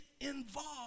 involved